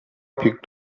picked